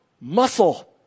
muscle